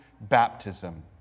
baptism